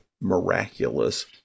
miraculous